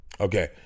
Okay